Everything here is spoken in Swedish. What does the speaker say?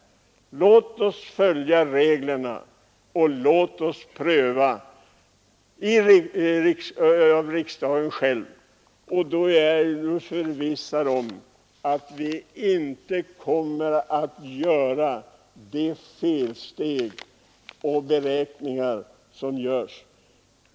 Låt oss följa reglerna, låt riksdagen själv göra prövningen! Då kommer vi inte att göra de felsteg som annars är att riskera.